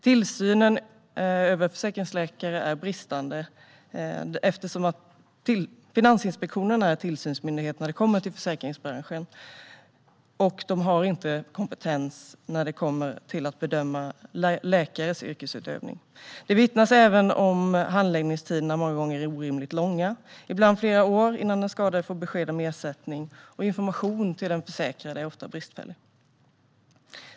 Tillsynen över försäkringsläkare är bristande eftersom Finansinspektionen är tillsynsmyndighet när det kommer till försäkringsbranschen och inte har kompetens när det gäller att bedöma läkares yrkesutövning. Det vittnas även om att handläggningstiderna många gånger är orimligt långa. Ibland dröjer det flera år innan den skadade får besked om ersättning, och informationen till den försäkrade är ofta bristfällig.